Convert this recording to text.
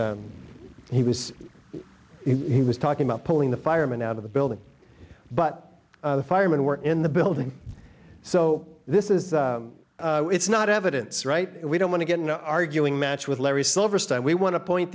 that he was he was talking about pulling the firemen out of the building but the firemen were in the building so this is it's not evidence right we don't want to get into arguing match with larry silverstein we want to point